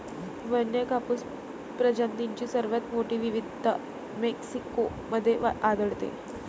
वन्य कापूस प्रजातींची सर्वात मोठी विविधता मेक्सिको मध्ये आढळते